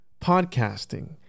podcasting